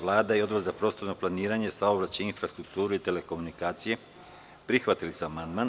Vlada i Odbor za prostorno planiranje, saobraćaj, infrastrukturu i telekomunikacije prihvatili su amandman.